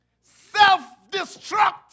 Self-destruct